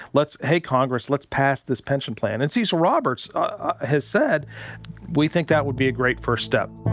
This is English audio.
let's hey congress let's pass this pension plan and cecil roberts ah has said we think that would be a great first step